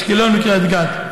באשקלון ובקריית גת.